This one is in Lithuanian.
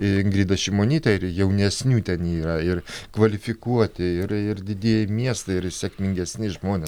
ingrida šimonytė ir jaunesnių ten yra ir kvalifikuoti ir ir didieji miestai ir sėkmingesni žmonės